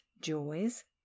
joys